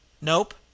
Nope